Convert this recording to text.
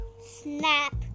Snap